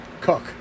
cook